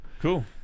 cool